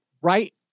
Right